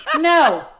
no